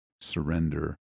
surrender